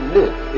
live